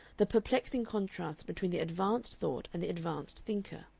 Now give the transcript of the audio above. the perplexing contrast between the advanced thought and the advanced thinker.